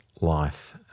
life